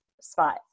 spot